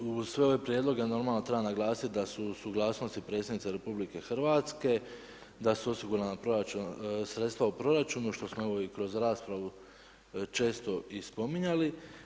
Uz sve ove prijedloge, normalno treba naglasiti da su u suglasnosti predsjednice RH, da su osigurana sredstva u proračunu, što smo evo i kroz raspravu često i spominjali.